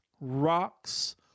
rocks